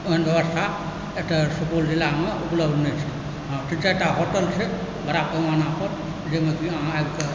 ओहन व्यवस्था एतऽ सुपौल जिलामे उपलब्ध नहि छै हँ दू चारिटा होटल छै जाहिमे कि अहाँ